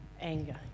Anger